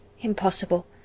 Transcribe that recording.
Impossible